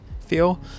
feel